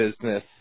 business